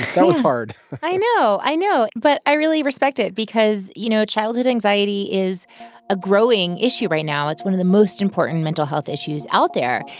that was hard i know. i know. but i really respect it because, you know, childhood anxiety is a growing issue right now. it's one of the most important mental health issues out there.